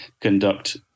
conduct